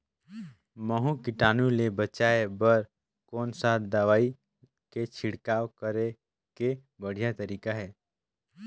महू कीटाणु ले बचाय बर कोन सा दवाई के छिड़काव करे के बढ़िया तरीका हे?